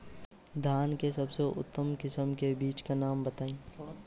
धान के सबसे उन्नत किस्म के बिज के नाम बताई?